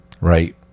right